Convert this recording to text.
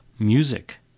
music